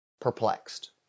perplexed